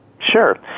Sure